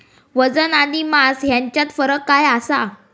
वजन आणि मास हेच्यात फरक काय आसा?